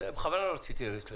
בכוונה לא רציתי ללכת לשם.